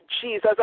jesus